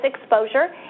exposure